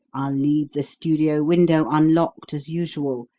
i'll leave the studio window unlocked, as usual.